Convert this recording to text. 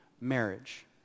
marriage